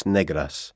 Negras